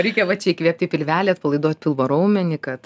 reikia va čia įkvėpt į pilvelį atpalaiduot pilvo raumenį kad